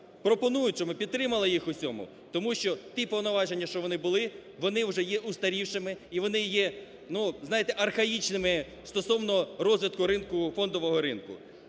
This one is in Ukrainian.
пропонують, щоб ми підтримали їх у цьому. Тому що ті повноваження, що вони були, вони вже є устарівшими і вони є, ну, знаєте, архаїчними стосовно розвитку ринку фондового ринку.